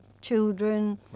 children